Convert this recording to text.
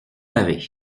laver